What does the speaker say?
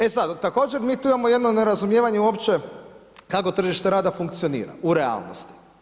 E sad, također mi tu imamo jedno nerazumijevanje uopće kako tržište rada funkcionira u realnosti.